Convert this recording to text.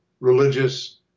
religious